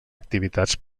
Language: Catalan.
activitats